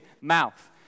mouth